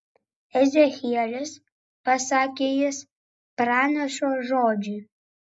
ezechielis pasakė jis pranašo žodžiai